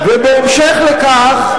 ובהמשך לכך,